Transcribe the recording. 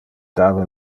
dava